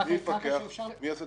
אפשר רק לדעת